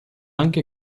anche